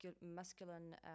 masculine